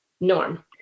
norm